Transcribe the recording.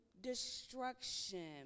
destruction